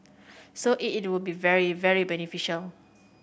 so it it will be very very beneficial